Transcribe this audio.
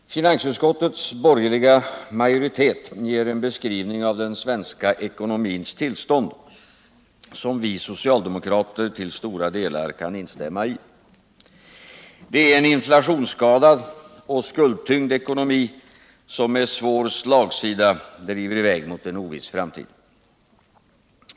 Herr talman! Finansutskottets borgerliga majoritet ger en beskrivning av den svenska ekonomins tillstånd som vi socialdemokrater till stora delar kan instämma i. Det är en inflationsskadad och skuldtyngd ekonomi, som med svår slagsida driver hän mot en oviss framtid.